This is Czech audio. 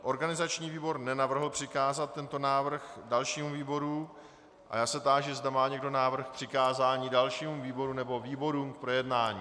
Organizační výbor nenavrhl přikázat tento návrh dalšímu výboru a já se táži, zda má někdo návrh na přikázání dalšímu výboru nebo výborům k projednání.